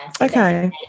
Okay